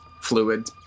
fluid